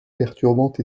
perturbante